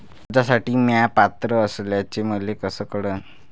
कर्जसाठी म्या पात्र असल्याचे मले कस कळन?